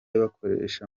bakoresha